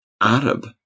Arab